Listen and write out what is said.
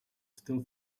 still